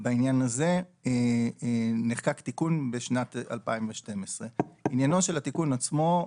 בעניין הזה נחקק תיקון בשנת 2012. עניינו של התיקון עצמו,